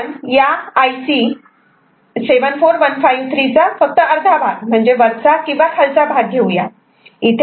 आपण पण या IC 74153 चा फक्त अर्धा भाग म्हणजे वरचा किंवा खालचा भाग घेऊया